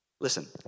Listen